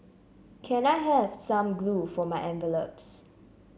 can I have some glue for my envelopes